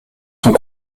sont